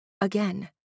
Again